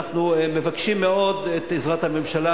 אנחנו מבקשים מאוד את עזרת הממשלה,